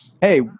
hey